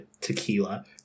tequila